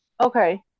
Okay